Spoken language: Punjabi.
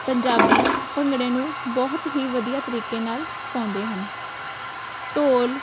ਪੰਜਾਬੀ ਭੰਗੜੇ ਨੂੰ ਬਹੁਤ ਹੀ ਵਧੀਆ ਤਰੀਕੇ ਨਾਲ ਪਾਉਂਦੇ ਹਨ ਢੋਲ